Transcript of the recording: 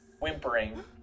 whimpering